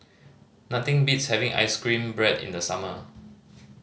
nothing beats having ice cream bread in the summer